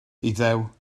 iddew